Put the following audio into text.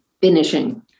finishing